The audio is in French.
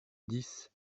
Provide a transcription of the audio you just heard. dix